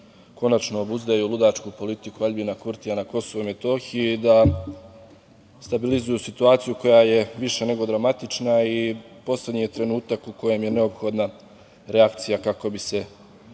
konačno obuzdaju ludačku politiku Aljbina Kurtija na Kosovu i Metohiji, da stabilizuju situaciju koja je više nego dramatična i poslednji je trenutak u kojem je neophodna reakcija kako bi se